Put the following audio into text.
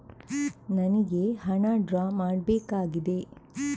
ನನಿಗೆ ಹಣ ಡ್ರಾ ಮಾಡ್ಬೇಕಾಗಿದೆ